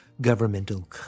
governmental